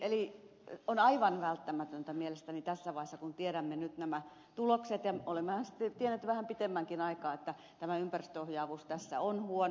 eli on aivan välttämätöntä tarkastelu mielestäni tässä vaiheessa kun tiedämme nyt nämä tulokset ja olemmehan tienneet jo vähän pitemmänkin aikaa että tämä ympäristöohjaavuus tässä on huono